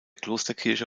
klosterkirche